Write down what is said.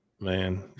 man